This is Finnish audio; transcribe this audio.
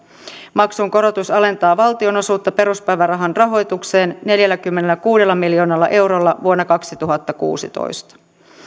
maksun korotus alentaa valtionosuutta peruspäivärahan rahoitukseen neljälläkymmenelläkuudella miljoonalla eurolla vuonna kaksituhattakuusitoista